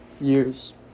years